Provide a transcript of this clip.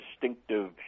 distinctive